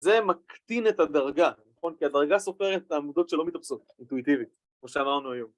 זה מקטין את הדרגה, נכון? כי הדרגה סופרת את העמודות שלא מתאפסות, אינטואיטיבית, כמו שאמרנו היום